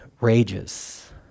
rages